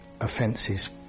offences